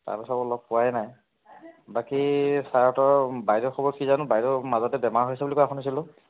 তাৰপিছৰ পৰা লগ পোৱাই নাই বাকী ছাৰহঁতৰ বাইদেউৰ খবৰ কি জানো বাইদেউৰ মাজতে বেমাৰ হৈছে বুলি কোৱা শুনিছিলোঁ